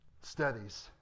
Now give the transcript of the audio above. studies